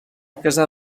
casar